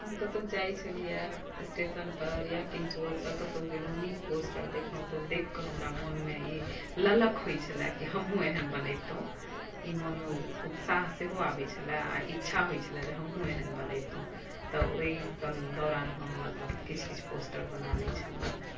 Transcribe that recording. हम कतौ जाय छलीयै स्टेशन पर या किनको अतय कतौ गेलहुँ नीक पोस्टर के देखलहुँ तऽ ओ देखिकऽ हमरा मोनमे ई ललक होइ छलए की हमहुँ एहन बनेबतौं ई मोनमे उत्साह सेहो आबै छलए आ इच्छा होइ छलए जे हमहुँ एहन बनेबतौं तऽ ओहि दौरान हम मतलब किछु किछु पोस्टर बना लै छलीय